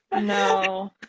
no